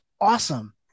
awesome